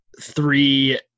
three